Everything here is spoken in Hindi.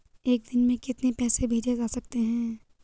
एक दिन में कितने पैसे भेजे जा सकते हैं?